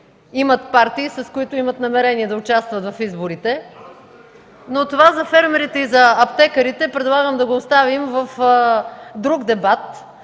имат партии, с които имат намерение да участват в изборите. Това за фермерите и аптекарите предлагам да го оставим в друг дебат